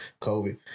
COVID